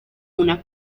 una